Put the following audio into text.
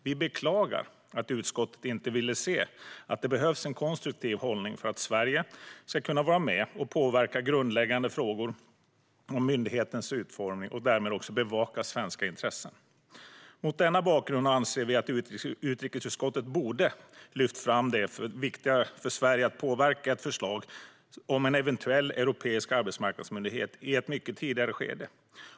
Vi beklagar att utskottet inte vill se att det behövs en konstruktiv hållning för att Sverige ska kunna vara med och påverka grundläggande frågor om myndighetens utformning och därmed bevaka svenska intressen. Mot denna bakgrund anser vi att utrikesutskottet borde lyfta fram det viktiga för Sverige i att påverka ett förslag om en eventuell europeisk arbetsmarknadsmyndighet i ett mycket tidigare skede.